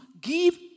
give